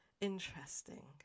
interesting